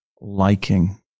liking